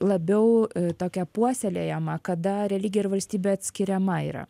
labiau tokia puoselėjama kada religija ir valstybė atskiriama yra